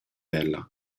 ella